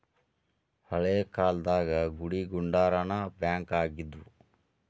ಹಳೇ ಕಾಲ್ದಾಗ ಗುಡಿಗುಂಡಾರಾನ ಬ್ಯಾಂಕ್ ಆಗಿದ್ವು